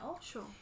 Sure